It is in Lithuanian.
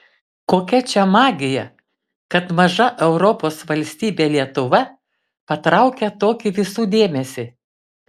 kokia čia magija kad maža europos valstybė lietuva patraukia tokį visų dėmesį